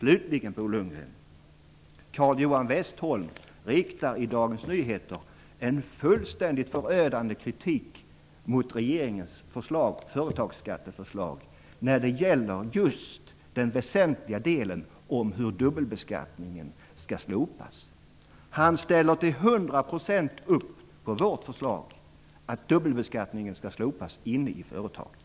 Carl-Johan Westholm helt förödande kritik mot regeringens förslag om företagsbeskattning när det gäller den väsentliga delen om hur man skall ta bort dubbelbeskattningen. Westholm ställer till hundra procent upp på vårt förslag att dubbelbeskattningen skall slopas inne i företagen.